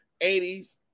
80s